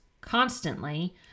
constantly